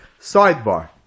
sidebar